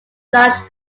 breaks